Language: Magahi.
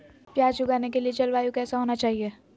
प्याज उगाने के लिए जलवायु कैसा होना चाहिए?